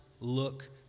look